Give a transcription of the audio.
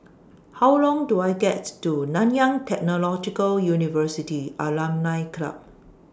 How Long Do I get to Nanyang Technological University Alumni Club